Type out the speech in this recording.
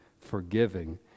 forgiving